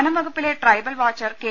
വനംവകുപ്പിലെ tribal watcher K